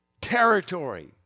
territory